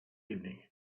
evening